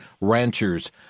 ranchers